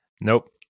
Nope